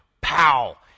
Pow